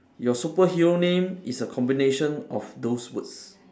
your superhero name is a combination of those words